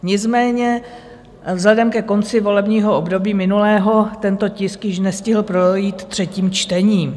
Nicméně vzhledem ke konci volebního období minulého tento tisk již nestihl projít třetím čtením.